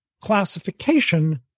classification